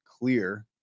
clear –